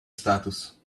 status